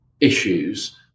issues